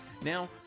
Now